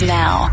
now